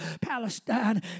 Palestine